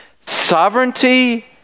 Sovereignty